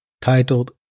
titled